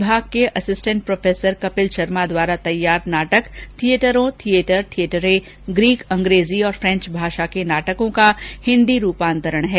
विभाग के assistant professor Kapil Sharma द्वारा तैयार नाटक थियेटरों थियेटर थियेटरे ग्रीक अंग्रेजी और फ्रेंच भाषा के नाटकों का हिन्दी रूपान्तरण है